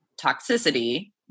toxicity